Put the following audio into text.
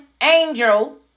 angel